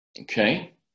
okay